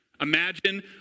Imagine